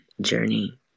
journey